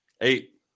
Eight